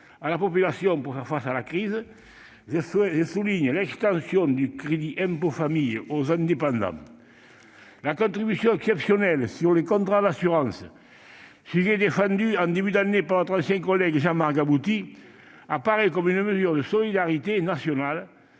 la population face à la crise, je tiens à souligner l'extension du crédit d'impôt famille aux indépendants. La contribution exceptionnelle sur les contrats d'assurance, sujet défendu en début d'année par notre ancien collègue Jean-Marc Gabouty, apparaît comme une mesure de solidarité nationale,